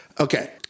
Okay